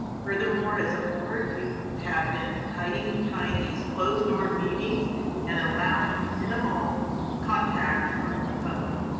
furthermore as a board, you have been hiding behind these closed door meetings and allowing minimal contact from the public.